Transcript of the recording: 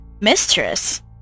mistress